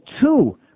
two